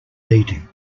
beating